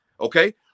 Okay